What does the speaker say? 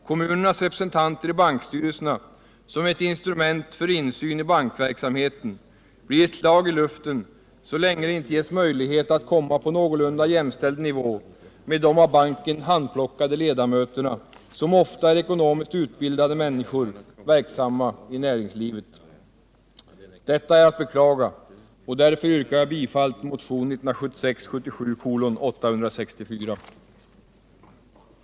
Kommunernas representanter i bankstyrelserna, som ett instrument för insyn i bankverksamheten, blir ett slag i luften så länge det inte ges möjlighet att komma på någorlunda jämställd nivå med de av banken handplockade ledamöterna, som ofta är ekonomiskt utbildade människor verksamma i näringslivet. Herr talman! Detta är att beklaga och därför yrkar jag bifall till motionen 1976/77:864. ij